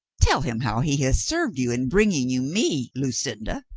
tell him how he has served you in bringing you me, lucinda,